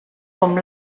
com